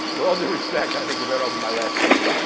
with all due respect, i think we're better off with my last page,